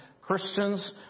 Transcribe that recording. Christians